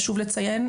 חשוב לציין,